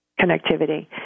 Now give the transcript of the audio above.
connectivity